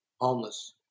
homeless